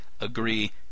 Agree